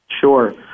Sure